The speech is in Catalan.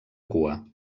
cua